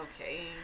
Okay